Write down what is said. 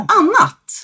annat